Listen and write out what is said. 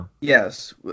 Yes